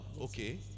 Okay